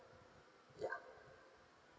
yeah